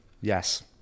Yes